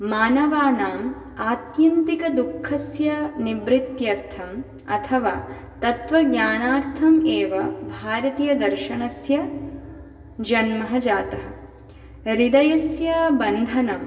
मानवानाम् आत्यन्तिकदुःखस्य निवृत्यर्थम् अथवा तत्वज्ञानार्थम् एव भारतीयदर्शनस्य जन्मः जातः हृदयस्य बन्धनं